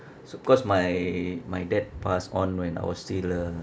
so cause my my dad passed on when I was still